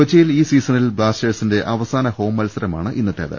കൊച്ചിയിൽ ഈ സീസണിൽ ബ്ലാസ്റ്റേ ഴ്സിന്റെ അവസാന ഹോം മത്സരമാണ് ഇന്നത്തേത്